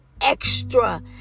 extra